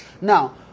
Now